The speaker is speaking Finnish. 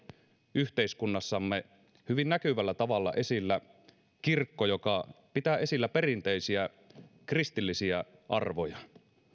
yhteiskunnassamme hyvin näkyvällä tavalla esillä kirkko joka pitää esillä perinteisiä kristillisiä arvoja